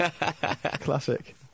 classic